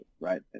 right